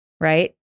right